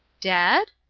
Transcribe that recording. dead?